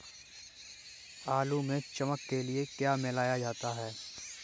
आलू में चमक के लिए क्या मिलाया जाता है?